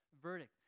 verdict